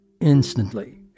instantly